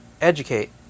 educate